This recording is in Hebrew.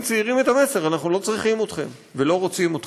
צעירים את המסר: אנחנו לא צריכים אתכם ולא רוצים אתכם.